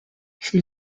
sri